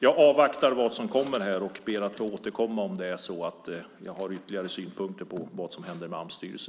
Jag avvaktar vad som kommer och ber att få återkomma om jag har ytterligare synpunkter på vad som händer med Ams styrelse.